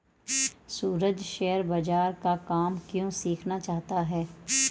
सूरज share बाजार का काम क्यों सीखना चाहता है?